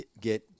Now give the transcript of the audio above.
get –